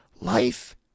life